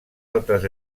altres